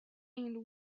and